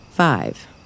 Five